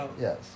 yes